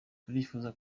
turifuza